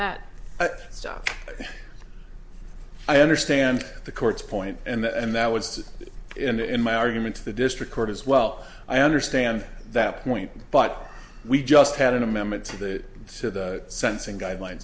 that stuff i understand the court's point and that was in my argument to the district court as well i understand that point but we just had an amendment to the sensing guidelines